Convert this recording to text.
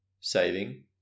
Saving